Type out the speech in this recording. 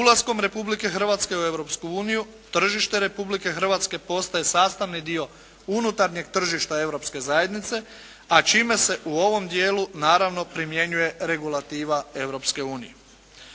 ulaskom Republike Hrvatske u Europsku uniju tržište Republike Hrvatske postaje sastavni dio unutarnjeg tržišta europske zajednice, a čime se u ovom dijelu naravno primjenjuje regulativa